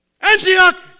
Antioch